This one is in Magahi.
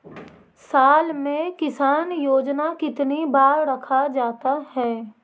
साल में किसान योजना कितनी बार रखा जाता है?